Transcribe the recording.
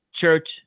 church